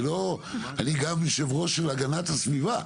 אני גם יושב ראש של הגנת הסביבה.